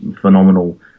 phenomenal